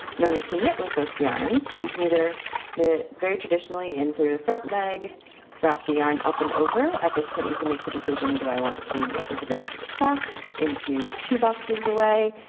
in order to knit with this yarn you can either knit it very traditionally in through the front leg wrap the yarn up and over at this point you can make the decision do i want to knit into the next box into two boxes away,